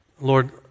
Lord